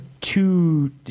two